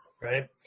Right